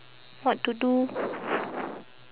what to do